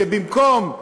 שבמקום,